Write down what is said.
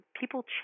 people